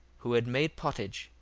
who had made pottage,